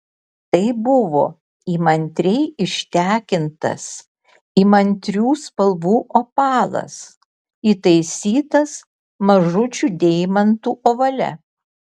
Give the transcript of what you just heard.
tai buvo įmantriai ištekintas įmantrių spalvų opalas įtaisytas mažučių deimantų ovale